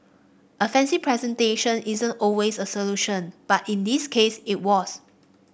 a fancy presentation isn't always a solution but in this case it was